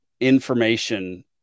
information